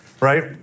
right